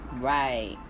Right